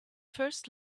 first